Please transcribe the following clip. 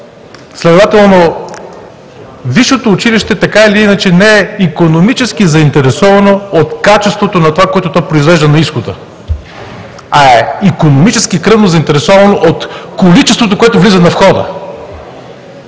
Тоест висшето училище така или иначе не е икономически заинтересовано от качеството на това, което то произвежда на изхода, а е икономически, кръвно заинтересовано от количеството, което влиза на входа,